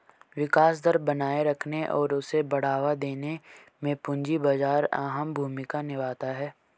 विकास दर बनाये रखने और उसे बढ़ावा देने में पूंजी बाजार अहम भूमिका निभाता है